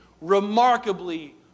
remarkably